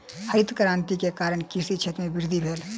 हरित क्रांति के कारण कृषि क्षेत्र में वृद्धि भेल